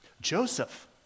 Joseph